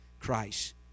Christ